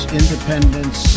independence